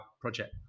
project